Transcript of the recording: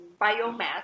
biomass